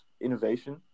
innovation